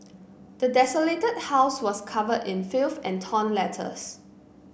the desolated house was covered in filth and torn letters